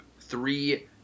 three